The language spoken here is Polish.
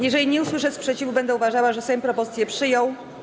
Jeżeli nie usłyszę sprzeciwu, będę uważała, że Sejm propozycję przyjął.